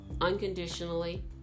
unconditionally